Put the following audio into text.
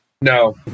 No